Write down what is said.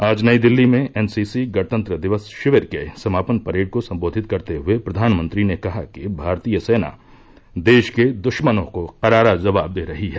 आज नई दिल्ली में एनसीसी गणतंत्र दिवस शिविर के समापन परेड को संबोधित करते हए प्रधानमंत्री ने कहा कि भारतीय सेना देश के दुश्मनों को करारा जवाब दे रही है